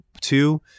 two